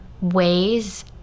ways